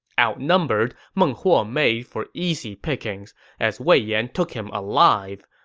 outnumbered, meng huo made for easy pickings as wei yan took him alive.